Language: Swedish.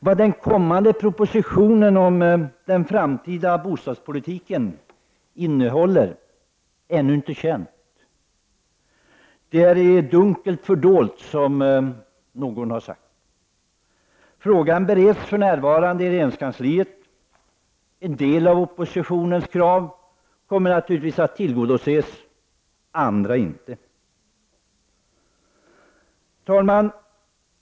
Vad den kommande propositionen om den framtida bostadspolitiken innehåller är ännu inte känt. Det är i dunklet fördolt, som någon har sagt. Frågan bereds för närvarande i regeringskansliet. En del av oppositionens krav kommer väl att tillgodoses, andra inte.